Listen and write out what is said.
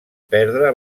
perdre